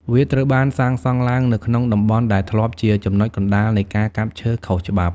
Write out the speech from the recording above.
វាត្រូវបានសាងសង់ឡើងនៅក្នុងតំបន់ដែលធ្លាប់ជាចំណុចកណ្តាលនៃការកាប់ឈើខុសច្បាប់។